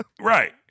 Right